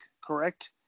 correct